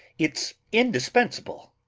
it's indispensable.